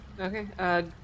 Okay